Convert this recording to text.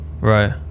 Right